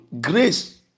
grace